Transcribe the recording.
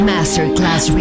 Masterclass